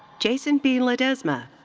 jason b. ledesma.